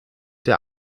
der